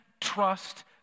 trust